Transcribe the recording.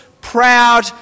proud